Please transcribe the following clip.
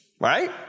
Right